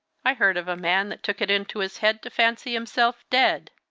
i heard of a man that took it into his head to fancy himself dead.